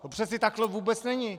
To přeci takhle vůbec není!